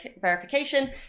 verification